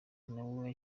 nawe